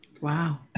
Wow